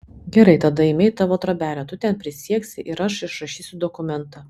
gerai tada eime į tavo trobelę tu ten prisieksi ir aš išrašysiu dokumentą